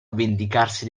vendicarsi